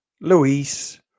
Luis